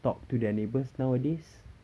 talk to their neighbours nowadays